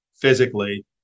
physically